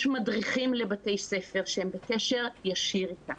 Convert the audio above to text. יש מדריכים לבתי ספר שהם בקשר ישיר איתם